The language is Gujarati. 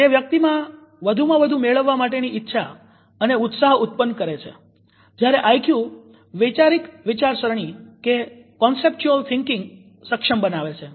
તે વ્યક્તિમાં વધુમાં વધુ મેળવવા માટેની ઈચ્છા અને ઉત્સાહ ઉત્પન્ન છે જ્યારે આઈક્યુ વૈચારિક વિચારસરણી સક્ષમ બનાવે છે